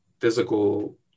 physical